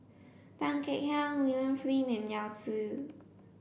Tan Kek Hiang William Flint and Yao Zi